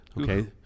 Okay